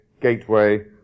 gateway